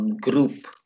group